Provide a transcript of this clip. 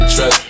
Trap